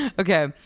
Okay